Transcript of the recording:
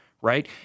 right